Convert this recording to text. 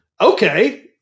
okay